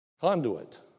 conduit